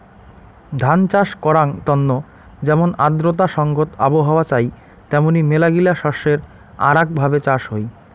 ধান চাষ করাঙ তন্ন যেমন আর্দ্রতা সংগত আবহাওয়া চাই তেমনি মেলাগিলা শস্যের আরাক ভাবে চাষ হই